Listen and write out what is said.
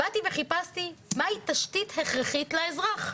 באתי וחיפשתי מהי תשתית הכרחית לאזרח.